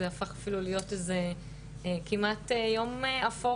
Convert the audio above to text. זה הפך אפילו להיות איזה כמעט "יום אפור